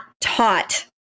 taught